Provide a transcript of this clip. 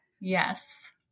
Yes